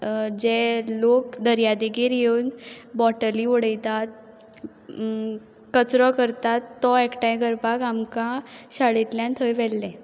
जे लोक दर्या देगेर येवन बोटली उडयतात कचरो करतात तो एकठांय करपाक आमकां शाळेंतल्यान थंय व्हेल्लें